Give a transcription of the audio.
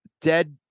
dead